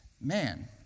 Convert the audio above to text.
man